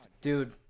Dude